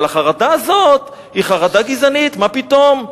אבל החרדה הזאת היא חרדה גזענית: מה פתאום?